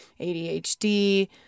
ADHD